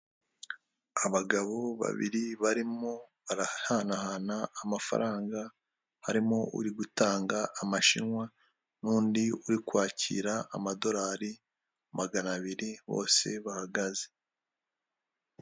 Intebe nziza ikoze neza, iyi ukaba wayitunga mu rugo, ndetse mu mahoteli bashobora kuyitunga no mu maresitora n'ahandi hantu hatandukanye, no mu biro, hanyuma ikaba yagira umumaro wo kuyicaraho.